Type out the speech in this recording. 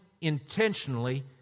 intentionally